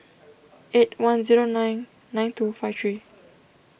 eight one zero nine nine two five three